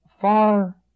far